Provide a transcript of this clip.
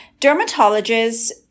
Dermatologists